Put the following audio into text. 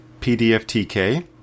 pdftk